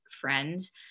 friends